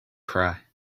cry